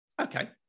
okay